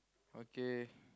okay